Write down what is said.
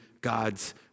God's